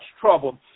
trouble